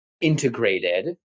integrated